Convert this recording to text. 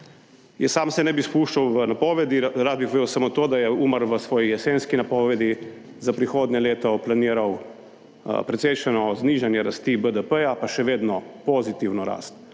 Jaz sam se ne bi spuščal v napovedi, rad bi povedal samo to, da je Umar v svoji jesenski napovedi za prihodnje leto planiral precejšnjo znižanje rasti BDP pa še vedno pozitivno rast